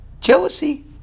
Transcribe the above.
Jealousy